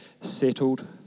settled